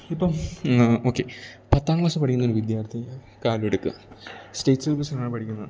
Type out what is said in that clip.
ഇപ്പം ഓക്കെ പത്താം ക്ലാസ്സിൽ പഠിക്കുന്നൊരു വിദ്യാർത്ഥിയുടെ കാര്ഡ് എടുക്കുക സ്റ്റേറ്റ് സിലബസ്സിലാണ് പഠിക്കുന്നത്